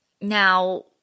now